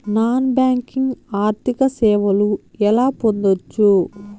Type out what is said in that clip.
Non banking ఆర్థిక సేవలు ఎలా పొందొచ్చు?